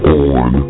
on